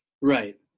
Right